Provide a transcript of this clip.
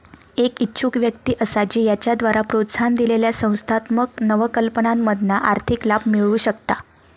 एक इच्छुक व्यक्ती असा जी त्याच्याद्वारे प्रोत्साहन दिलेल्या संस्थात्मक नवकल्पनांमधना आर्थिक लाभ मिळवु शकता